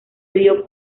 río